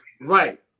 Right